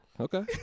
Okay